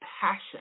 passion